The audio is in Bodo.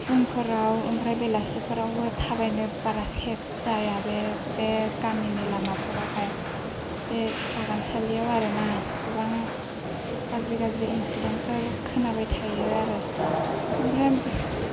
फुंफोराव ओमफ्राय बेलासिफोरावबो थाबायनो बारा सेफ जाया बे बे गामिनि लामाफोराव हाय बे बागानसालि आव आरोना गोबां गाज्रि गाज्रि इनसिदेनथफोर खोनाबाय थायो आरो ओमफ्राय